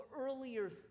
earlier